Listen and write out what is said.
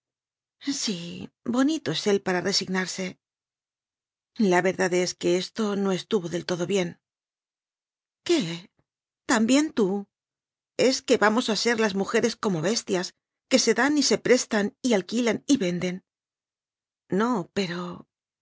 sí bonito es él para resignarse la verdad es que esto no estuvo del todo bien qué también tú es que vamos a ser las mujeres como bestias que se dan y pres tan y alquilan y venden no pero